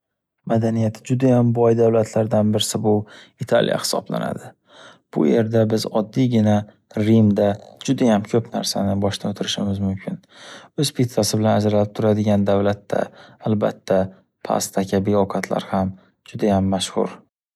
Madaniyati judayam boy davlatlardan birisi bu Italiya hisoblanadi. Bu yerda biz oddiygina Rimda judayam ko’p narsani boshdan o’tirishimiz mumkin. O’z pitsasi bilan ajralib turadigan davlatda albatta pasta kabi ovqatlar ham judayam mashxur.